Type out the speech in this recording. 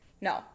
no